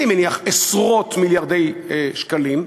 אני מניח, עשרות מיליארדי שקלים.